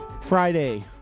Friday